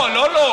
לא, לא לו.